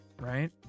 right